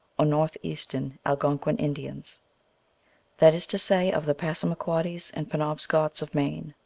or northeastern algonquin, indians that is to say, of the passamaquoddies and penobscots of maine,